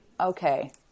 okay